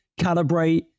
calibrate